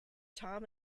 thom